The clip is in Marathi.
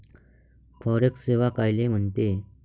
फॉरेक्स सेवा कायले म्हनते?